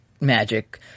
magic